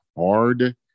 hard